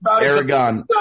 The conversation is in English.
Aragon